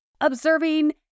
observing